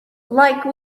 like